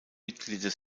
mitglieder